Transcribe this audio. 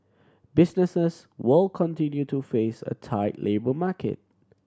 businesses will continue to face a tight labour market